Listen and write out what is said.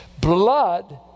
Blood